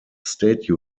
state